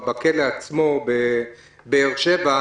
בכלא באר שבע,